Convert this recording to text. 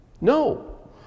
No